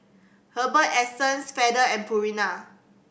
Herbal Essences Feather and Purina